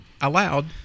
allowed